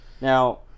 Now